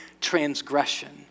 transgression